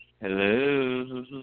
Hello